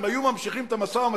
אם היו ממשיכים את המשא-ומתן,